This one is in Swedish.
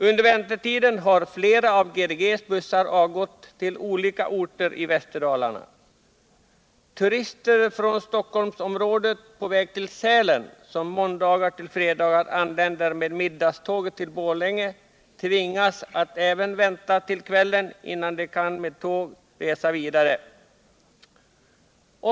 Under väntetiden har flera av GDG:s bussar avgått till olika orter i Västerdalarna. Turister från Stockholmsområdet på väg till Sälen som anländer med middagståget till Borlänge måndagar-fredagar tvingas också vänta till kvällen innan de med tåg kan resa vidare.